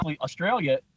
Australia